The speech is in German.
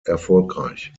erfolgreich